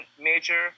major